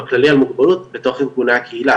בכללי על מוגבלות בתוך ארגוני הקהילה,